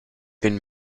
been